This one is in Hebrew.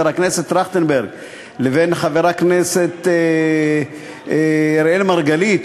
הכנסת טרכטנברג לבין חבר הכנסת אראל מרגלית,